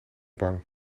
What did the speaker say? bang